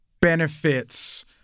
benefits